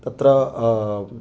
तत्र